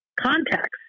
contacts